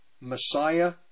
Messiah